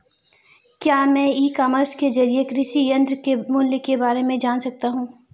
क्या मैं e commerce के ज़रिए कृषि यंत्र के मूल्य में बारे में जान सकता हूँ?